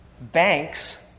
Banks